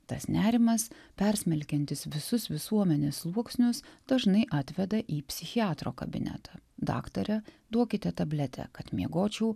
tas nerimas persmelkiantis visus visuomenės sluoksnius dažnai atveda į psichiatro kabinetą daktare duokite tabletę kad miegočiau